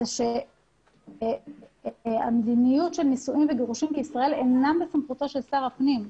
זה שהמדיניות של נישואים וגירושים בישראל אינה בסמכותה של שר הפנים,